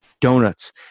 donuts